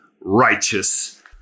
righteous